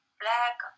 black